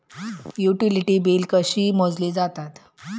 Utility बिले कशी मोजली जातात?